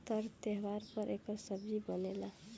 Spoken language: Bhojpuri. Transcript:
तर त्योव्हार पर एकर सब्जी बनेला